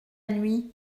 nuit